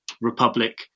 Republic